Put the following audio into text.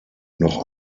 noch